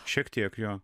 šiek tiek jo